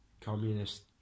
communist